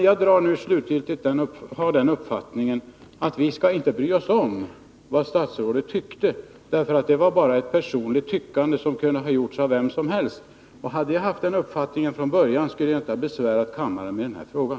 Jag har nu slutgiltigt den uppfattningen att vi inte skall bry oss om vad statsrådet tyckte, därför att det bara var fråga om ett personligt tyckande som kunde ha kommit från vem som helst. Hade jag haft den uppfattningen från början skulle jag inte ha besvärat kammaren med den här frågan.